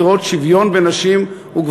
צריך לראות שוויון בין נשים וגברים.